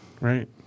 Right